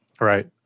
Right